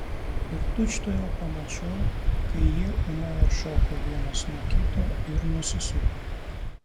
ir tučtuojau pamačiau kai jie ūmai atšoko vienas nuo kito ir nusisuko